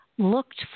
Looked